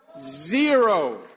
zero